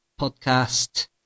Podcast